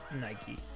Nike